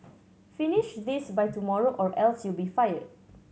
finish this by tomorrow or else you'll be fired